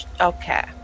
Okay